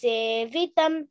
Sevitam